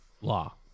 law